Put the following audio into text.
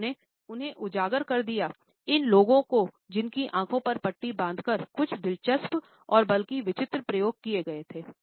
उन्होंने उन्हें उजागर कर दिया इन लोगों को जिनकी आंखों पर पट्टी बाँधकर कुछ दिलचस्प और बल्कि विचित्र प्रयोग किये गए थे